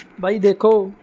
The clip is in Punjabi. ਬਾਈ ਦੇਖੋ